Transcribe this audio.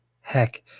Heck